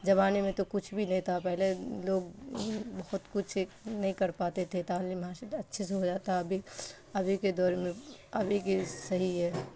زمانے میں تو کچھ بھی نہیں تھا پہلے لوگ بہت کچھ نہیں کر پاتے تھے تعلیم حاصل اچھے سے ہو جاتا ابھی ابھی کے دور میں ابھی کی صحیح ہے